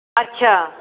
ਅੱਛਾ